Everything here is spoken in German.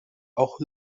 auch